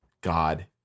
God